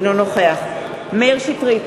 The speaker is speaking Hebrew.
אינו נוכח מאיר שטרית,